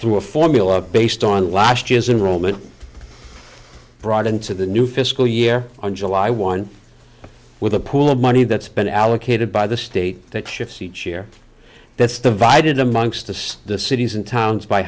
through a formula based on last years in rome and brought into the new fiscal year on july one with a pool of money that's been allocated by the state that shifts each year that's divided amongst the cities and towns by